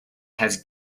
has